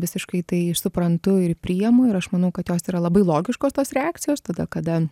visiškai tai suprantu ir priemu ir aš manau kad jos yra labai logiškos tos reakcijos tada kada